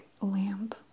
lamp